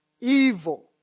evil